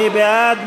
מי בעד?